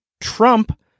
trump